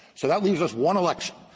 so that leaves us one election,